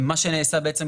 מה שנעשה בעצם,